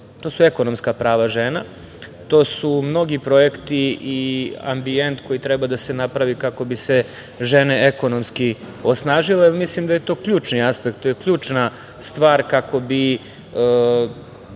to su ekonomska prava žena, to su mnogi projekti i ambijent koji treba da se napravi kako bi se žene ekonomski osnažile. Mislim, da je to ključni aspekt, to je ključna stvar kako bi